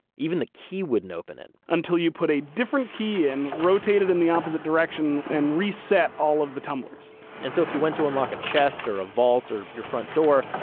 even a key wouldn't open it until you put a different key in, rotate it in the opposite direction, and reset all of the tumblers and so if you went to unlock a chest or a vault or your front door,